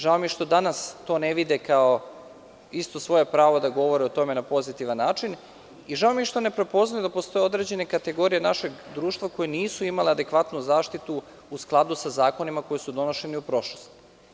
Žao mi je što danas to ne vide kao svoje pravo da govore o tome na pozitivan način i žao mi je što ne prepoznaju da postoje određene kategorije našeg društva koje nisu imale adekvatnu zaštitu u skladu sa zakonima koji su donošeni u prošlosti.